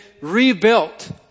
rebuilt